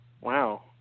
Wow